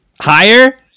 Higher